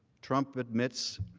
trump admits,